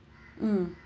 mm